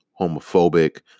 homophobic